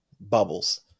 bubbles